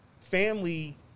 family